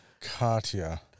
Katya